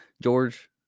George